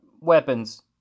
weapons